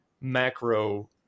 macro